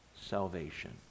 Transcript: salvation